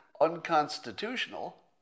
unconstitutional